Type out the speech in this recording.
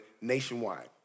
nationwide